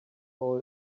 fall